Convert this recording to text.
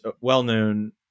well-known